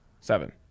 Seven